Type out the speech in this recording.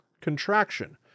contraction